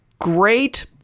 great